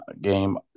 game